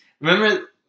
Remember